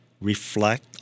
reflect